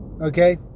okay